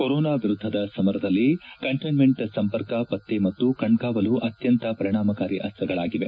corona ವಿರುದ್ದದ ಸಮರದಲ್ಲಿ containment ಸಂಪರ್ಕ ಪತ್ತೆ ಮತ್ತು ಕಣ್ಗಾವಲು ಅತ್ಯಂತ ಪರಿಣಾಮಕಾರಿ ಅಸ್ತಳಾಗಿವೆ